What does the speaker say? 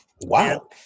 Wow